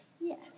Yes